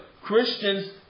Christians